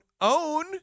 own